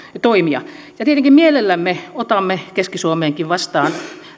toimia tietenkin mielellämme otamme keski suomeenkin vastaan